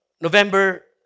November